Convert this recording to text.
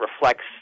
reflects